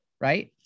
right